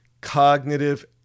Cognitive